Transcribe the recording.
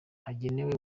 hagenewe